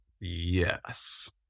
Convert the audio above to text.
Yes